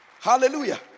Hallelujah